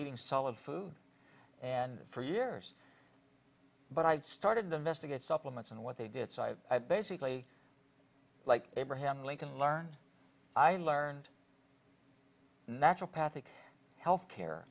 eating solid food and for years but i had started to investigate supplements and what they did so i basically like abraham lincoln learned i learned natural path to health